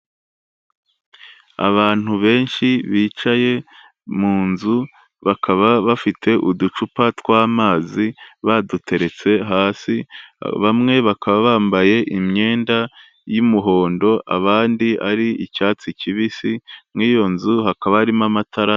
Abantu benshi bicaye mu nzu bakaba bafite uducupa tw'amazi baduteretse hasi, bamwe bakaba bambaye imyenda y'imuhondo abandi ari icyatsi kibisi, muri iyo nzu hakaba harimo amatara.